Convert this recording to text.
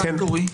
מתי תורי?